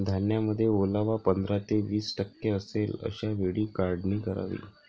धान्यामध्ये ओलावा पंधरा ते वीस टक्के असेल अशा वेळी काढणी करावी